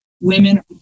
women